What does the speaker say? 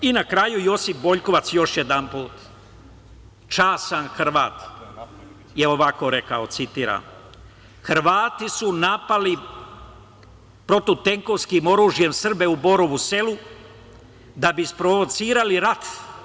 Na kraju, Josip Boljkovac, još jedanput, častan Hrvat, ovako je rekao: "Hrvati su napali protivtenkovskim oružjem Srbe u Borovu Selu da bi isprovocirali rat.